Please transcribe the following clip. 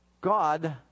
God